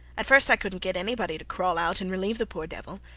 at first i couldnt get anybody to crawl out and relieve the poor devil.